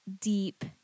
deep